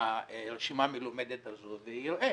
הרשימה המלומדת הזו ויראה.